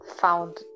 found